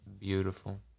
beautiful